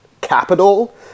capital